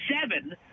seven